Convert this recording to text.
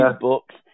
books